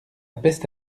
peste